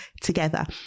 together